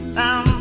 down